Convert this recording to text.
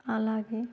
అలాగే